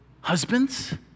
Husbands